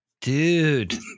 Dude